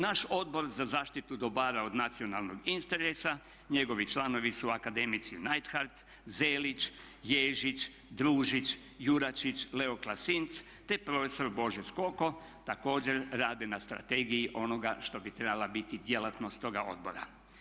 Naš Odbor za zaštitu dobara od nacionalnog interesa, njegovi članovi su akademici Neidhardt, Zelić, Ježić, Družić, Juračić, Leo Klasinc te prof. Božo Skoko također rade na strategiji onoga što bi trebala biti djelatnost toga odbora.